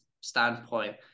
standpoint